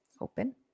Open